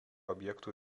objektų